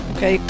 Okay